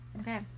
Okay